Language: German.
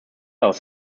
aus